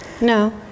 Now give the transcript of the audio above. No